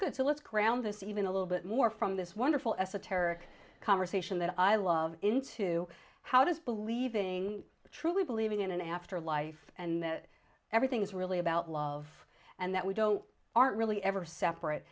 good so let's ground this even a little bit more from this wonderful esoteric conversation that i love into how does believing truly believing in an afterlife and that everything is really about love and that we don't aren't really ever separate